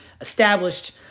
established